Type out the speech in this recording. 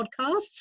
podcasts